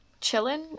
chilling